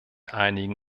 einigen